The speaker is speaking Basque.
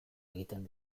egiten